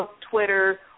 Twitter